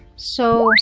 so,